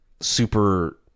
super